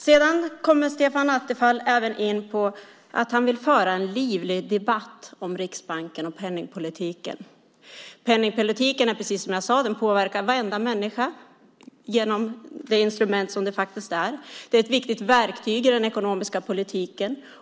Sedan kommer Stefan Attefall även in på att han vill föra en livlig debatt om Riksbanken och penningpolitiken. Penningpolitiken är precis som jag sade: Den påverkar varenda människa genom det instrument som den faktiskt är. Den är en viktigt verktyg i den ekonomiska politiken.